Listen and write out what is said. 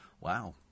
Wow